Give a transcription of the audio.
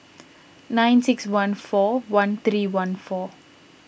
nine six one four one three one four